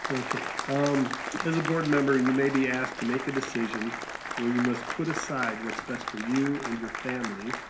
um as a board member, you may be asked to make a decision where you must put aside what's best for you and your family,